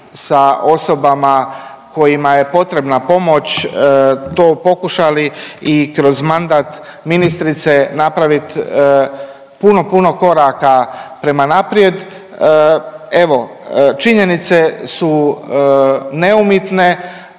sa osobama kojima je potrebna pomoć to pokušali i kroz mandat ministrice napraviti puno, puno koraka prema naprijed. Evo činjenice su neumitne